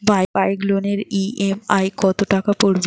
Bike লোনের EMI কত টাকা পড়বে?